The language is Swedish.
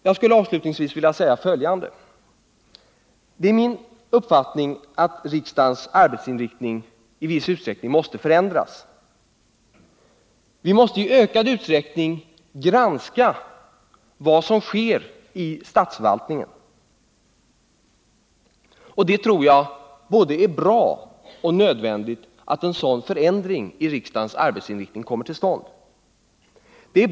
Jag skall avslutningsvis säga följande: Min uppfattning är att riksdagens arbetsinriktning i viss utsträckning måste förändras. Vi måste i ökad utsträckning granska vad som sker i statsförvaltningen. Jag tror att det är både bra och nödvändigt att en sådan förändring av riksdagens arbetsinriktning kommer till stånd.